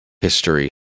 history